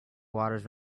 waters